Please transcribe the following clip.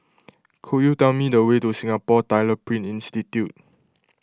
could you tell me the way to Singapore Tyler Print Institute